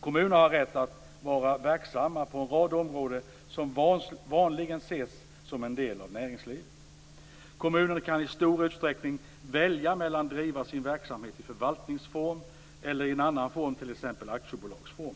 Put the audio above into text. Kommuner har rätt att vara verksamma på en rad områden som vanligen ses som en del av näringslivet. Kommunen kan i stor utsträckning välja mellan att driva sin verksamhet i förvaltningsform eller i annan form, t.ex. i aktiebolagsform.